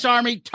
Army